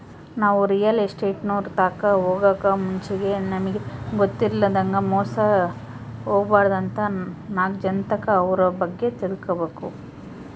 ನಾವು ರಿಯಲ್ ಎಸ್ಟೇಟ್ನೋರ್ ತಾಕ ಹೊಗಾಕ್ ಮುಂಚೆಗೆ ನಮಿಗ್ ಗೊತ್ತಿಲ್ಲದಂಗ ಮೋಸ ಹೊಬಾರ್ದಂತ ನಾಕ್ ಜನರ್ತಾಕ ಅವ್ರ ಬಗ್ಗೆ ತಿಳ್ಕಬಕು